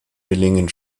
villingen